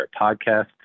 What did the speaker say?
Podcast